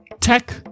tech